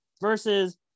versus